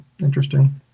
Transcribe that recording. interesting